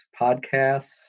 podcasts